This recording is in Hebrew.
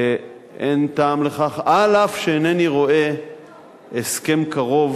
אין טעם לכך, אף שאינני רואה הסכם קרוב